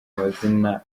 amazina